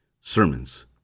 sermons